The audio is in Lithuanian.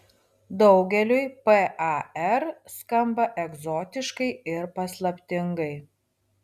daugeliui par skamba egzotiškai ir paslaptingai